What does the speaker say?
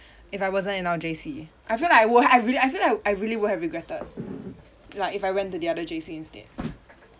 if I wasn't in our J_C I feel like I won't I really I feel like I really would have regretted ya if I went to the other J_C instead